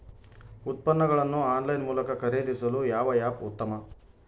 ಉತ್ಪನ್ನಗಳನ್ನು ಆನ್ಲೈನ್ ಮೂಲಕ ಖರೇದಿಸಲು ಯಾವ ಆ್ಯಪ್ ಉತ್ತಮ?